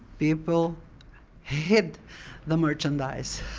people hid the merchandise.